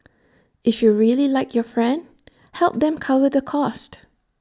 if you really like your friend help them cover the cost